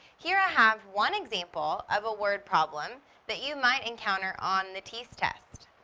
here i have one example of a word problem that you might encounter on the teas test.